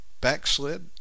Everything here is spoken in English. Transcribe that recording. backslid